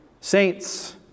saints